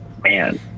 man